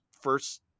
first